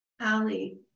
Ali